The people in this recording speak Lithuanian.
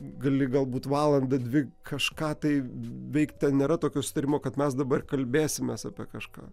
gali galbūt valandą dvi kažką tai veikti ten nėra tokio sutarimo kad mes dabar kalbėsimės apie kažką